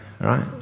right